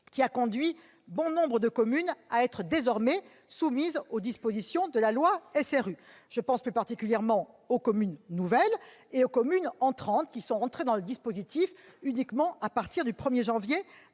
qui a conduit bon nombre de communes à être désormais soumises aux dispositions de la loi SRU. Je pense plus particulièrement aux communes nouvelles et aux communes entrantes, qui n'ont été intégrées au dispositif qu'à partir du 1 janvier